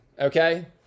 okay